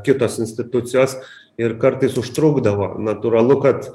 kitos institucijos ir kartais užtrukdavo natūralu kad